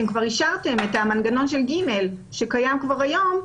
אתם כבר אישרתם את המנגנון של (ג) שקיים כבר היום,